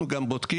אנחנו גם בודקים,